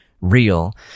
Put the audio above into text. real